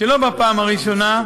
שלא בפעם הראשונה,